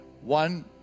One